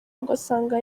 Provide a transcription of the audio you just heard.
ugasanga